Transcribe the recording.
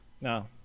No